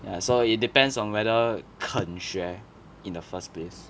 ya so it depends on whether 肯学 in the first place